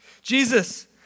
Jesus